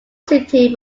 city